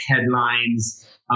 headlines